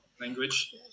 language